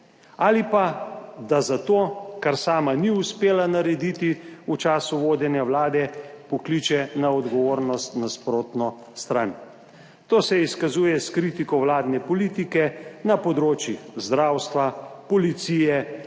ali pa, da za to, kar sama ni uspela narediti v času vodenja vlade, pokliče na odgovornost nasprotno stran. To se izkazuje s kritiko vladne politike na področju zdravstva, policije,